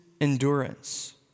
endurance